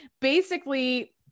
basically-